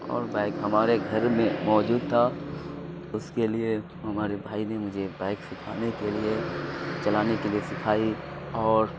اور بائک ہمارے گھر میں موجود تھا اس کے لیے ہمارے بھائی نے مجھے بائک سکھانے کے لیے چلانے کے لیے سکھائی اور